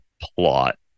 plot